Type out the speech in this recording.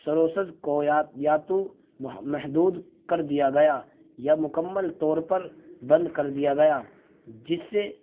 services کو یا تو محدود کر دیا گیا یا مکمل طور پر بند کر دیا گیا جس سے